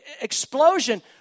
explosion